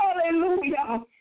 Hallelujah